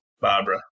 Barbara